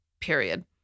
period